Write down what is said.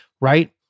right